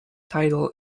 tidal